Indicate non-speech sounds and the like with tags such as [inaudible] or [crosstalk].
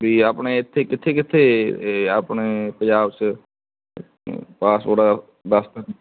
ਵੀ ਆਪਣੇ ਇੱਥੇ ਕਿੱਥੇ ਕਿੱਥੇ ਇਹ ਆਪਣੇ ਪੰਜਾਬ 'ਚ [unintelligible] ਪਾਸਪੋਰਟ ਦਫ਼ਤਰ